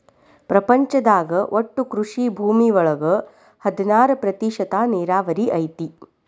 ಪ್ರಪಂಚದಾಗ ಒಟ್ಟು ಕೃಷಿ ಭೂಮಿ ಒಳಗ ಹದನಾರ ಪ್ರತಿಶತಾ ನೇರಾವರಿ ಐತಿ